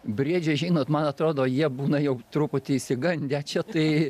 briedžiai žinot man atrodo jie būna jau truputį išsigandę čia tai